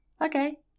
okay